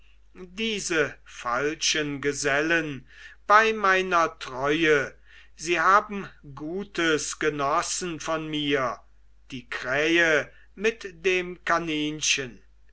diese falschen gesellen bei meiner treue sie haben gutes genossen von mir die krähe mit dem kaninchen